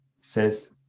says